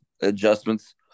adjustments